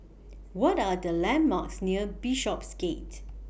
What Are The landmarks near Bishopsgate